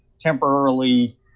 temporarily